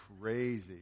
crazy